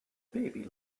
baby